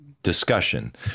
Discussion